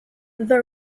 the